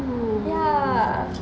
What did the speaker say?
ya